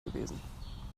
gewesen